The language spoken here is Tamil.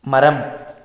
மரம்